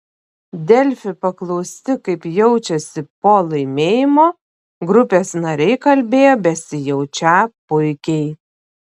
delfi paklausti kaip jaučiasi po laimėjimo grupės nariai kalbėjo besijaučią puikiai